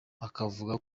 akavuga